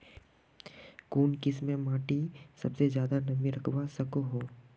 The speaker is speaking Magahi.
कुन किस्मेर माटी सबसे ज्यादा नमी रखवा सको हो?